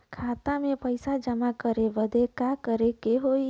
खाता मे पैसा जमा करे बदे का करे के होई?